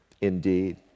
indeed